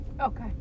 Okay